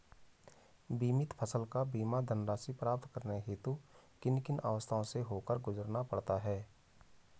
बीमित फसल का बीमा धनराशि प्राप्त करने हेतु किन किन अवस्थाओं से होकर गुजरना पड़ता है?